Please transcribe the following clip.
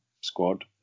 squad